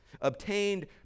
obtained